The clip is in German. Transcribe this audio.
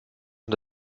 und